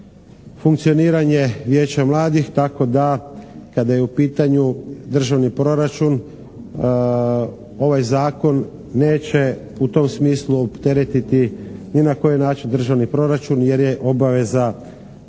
funkcioniranje vijeća mladih tako da kada je u pitanju državni proračun ovaj zakon neće u tom smislu opteretiti ni na koji način državni proračun jer je obaveza